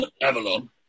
Avalon